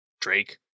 drake